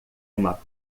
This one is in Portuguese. uma